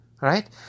right